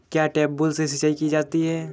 क्या ट्यूबवेल से सिंचाई की जाती है?